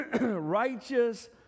righteous